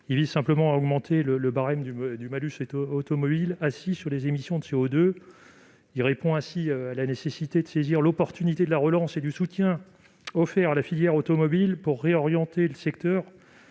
vise à augmenter le barème du malus automobile assis sur les émissions de CO2. Il répond à la nécessité de saisir l'opportunité de la relance et du soutien offert à la filière automobile pour orienter le secteur